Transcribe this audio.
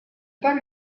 pas